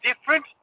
different